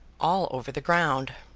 all over the ground.